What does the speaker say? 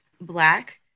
Black